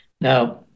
now